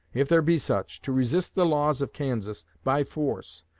if there be such, to resist the laws of kansas by force,